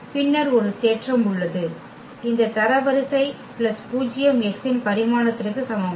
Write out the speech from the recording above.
பின்னர் ஒரு தேற்றம் உள்ளது இந்த தரவரிசை பிளஸ் பூஜ்யம் X இன் பரிமாணத்திற்கு சமம்